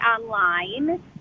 online